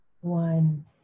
one